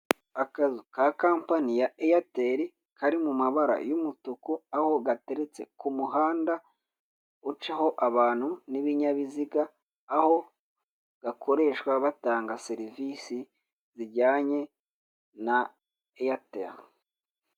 Akazu ka kampani ya Eyateri kari mu mabara y'umutuku, aho gateretse ku muhanda ucaho abantu n'ibinyabiziga, aho gakoreshwa batanga serivisi zijyanye na Eyateri.